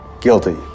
Guilty